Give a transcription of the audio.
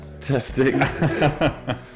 Testing